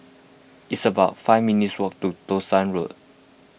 it's about five minutes' walk to Townshend Road